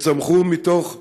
שצמחו מתוך ההתיישבות,